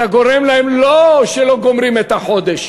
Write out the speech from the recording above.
לא שהם לא גומרים את החודש,